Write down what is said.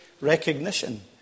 recognition